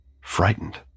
frightened